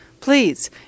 Please